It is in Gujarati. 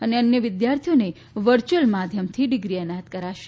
અને અન્ય વિદ્યાર્થીઓને વરર્યુઅલ માધ્યમથી ડીગ્રી એનાયત કરાશે